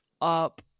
up